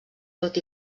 tot